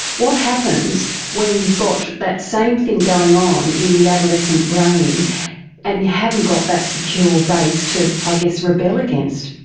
what happens when you've got that same thing going on in the adolescent brain and you haven't got that secure base to i guess rebel against?